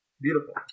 Beautiful